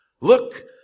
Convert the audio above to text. Look